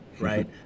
right